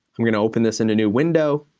i'm gonna open this in a new window,